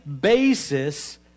basis